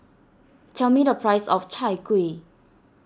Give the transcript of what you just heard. tell me the price of Chai Kuih